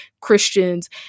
Christians